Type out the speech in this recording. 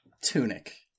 Tunic